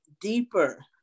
deeper